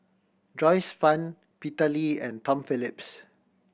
Joyce Fan Peter Lee and Tom Phillips